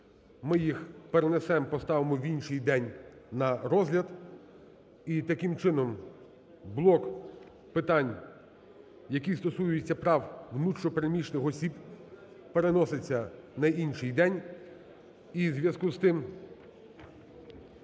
ми їх перенесемо, поставимо в інший день на розгляд. І таким чином блок питань, який стосуються прав внутрішньо переміщених осіб, переносить на інший день. І у зв'язку з тим